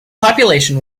population